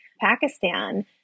Pakistan